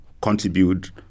contribute